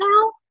now